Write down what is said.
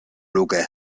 luke